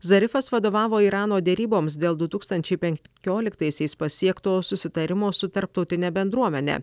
zarifas vadovavo irano deryboms dėl du tūkstančiai penkioliktaisiais pasiekto susitarimo su tarptautine bendruomene